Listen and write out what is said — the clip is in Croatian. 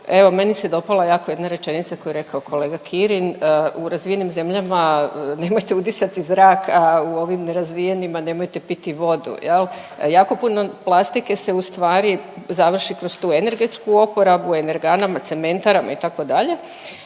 evo meni se dopala jako jedna rečenica koju je rekao kolega Kirin, u razvijenim zemljama nemojte udisati zrak, a u ovim nerazvijenima nemojte piti vodu jel. Jako puno plastike se ustvari završi kroz tu energetsku oporabu, u energanama, cementarama itd.,